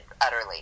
utterly